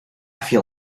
feel